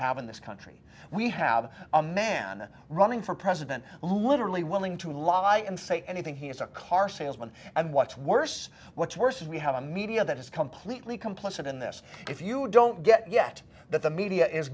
have in this country we have a man running for president literally willing to lie and say anything he is a car salesman and what's worse what's worse is we have a media that is completely complicit in this if you don't get yet that the media is